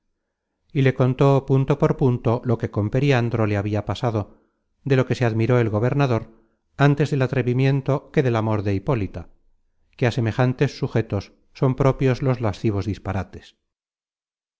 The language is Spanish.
y le contó punto por punto lo que con periandro le habia pasado de lo que se admiró el gobernador antes del atrevimiento que del amor de hipólita que á semejantes sujetos son propios los lascivos disparates